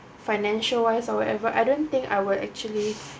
financial wise or whatever I don't think I will actually